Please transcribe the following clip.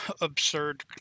absurd